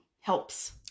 helps